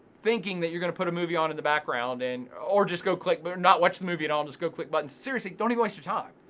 thinking that you're gonna put a movie on in the background and, or just go click but or not watch the movie at all and just go click buttons. seriously, don't even waste your time.